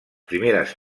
primeres